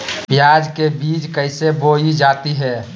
प्याज के बीज कैसे बोई जाती हैं?